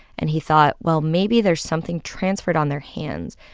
and he thought, well, maybe there's something transferred on their hands,